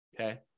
Okay